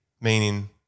meaning